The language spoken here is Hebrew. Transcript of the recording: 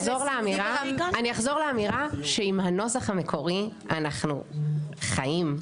אני אחזור לאמירה שעם הנוסח המקורי אנחנו חיים,